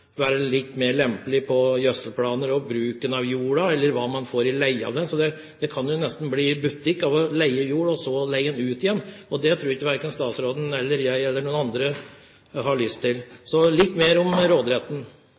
være litt mer lempelig når det gjelder gjødselplaner, bruken av jorda eller hva man får i leie av den, så det kan jo nesten bli butikk av å leie jord og så leie den ut igjen. Det tror jeg verken statsråden eller jeg eller noen andre har lyst til. Så jeg vil vite litt mer om råderetten.